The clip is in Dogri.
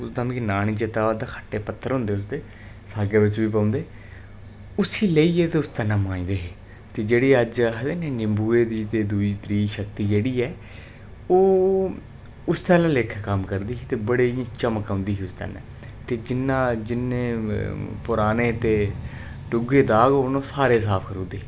उसदा मिगी नांऽ नेई चेता आवा दा खट्टे पत्तर होंदे उसदे सागै बिच्च बी पौंदे उसी लेइयै ते उस कन्नै मांजदे हे ते जेह्ड़ी अज्ज आखदे नी नींबू दुई त्री शक्ति जेह्ड़ी ओह् उसलै लेखा कम्म करदी ही ते बड़ी इयां चमक औंदी ही उस टैम ते जिन्ना जिन्ने पुराने ते डुगे दाग होन ओह् सारे साफ़ करी ओड़दी ही